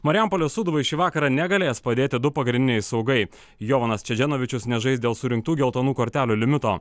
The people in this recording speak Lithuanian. marijampolės sūduvai šį vakarą negalės padėti du pagrindiniai saugai jonas čadženovičius nežais dėl surinktų geltonų kortelių limito